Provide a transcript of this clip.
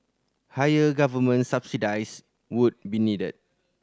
higher government subsidise would be needed